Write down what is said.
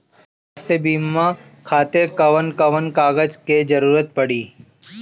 स्वास्थ्य बीमा खातिर कवन कवन कागज के जरुरत पड़ी?